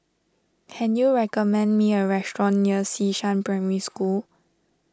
can you recommend me a restaurant near Xishan Primary School